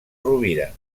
rovira